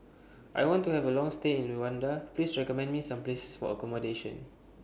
I want to Have A Long stay in Luanda Please recommend Me Some Places For accommodation